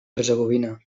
hercegovina